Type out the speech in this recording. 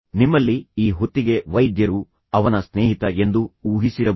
ನಿಮ್ಮಲ್ಲಿ ಈ ಹೊತ್ತಿಗೆ ವೈದ್ಯರು ಅವನ ಸ್ನೇಹಿತ ಎಂದು ಊಹಿಸಿರಬಹುದು